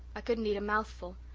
i couldn't eat a mouthful.